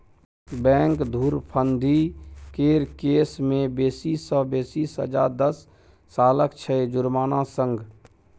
bank धुरफंदी केर case मे बेसी सँ बेसी सजा दस सालक छै जुर्माना संग